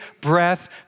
breath